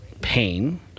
pain